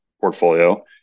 portfolio